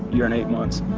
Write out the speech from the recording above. year and eight months.